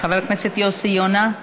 חבר הכנסת יוסי יונה,